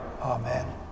Amen